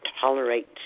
tolerate